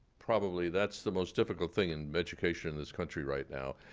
probably, that's the most difficult thing in education in this country right now,